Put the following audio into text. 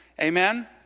Amen